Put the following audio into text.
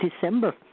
December